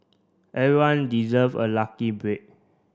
everyone deserve a lucky break